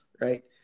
right